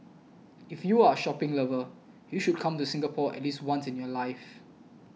if you are a shopping lover you should come to Singapore at least once in your life